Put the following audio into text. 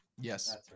Yes